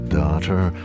daughter